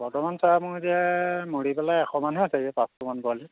বৰ্তমান ছাৰ মোৰ এতিয়া মৰি পেলাই এশমানহে আছেগৈ পাঁচশমান পোৱালিৰ